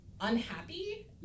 unhappy